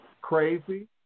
crazy—